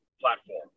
platform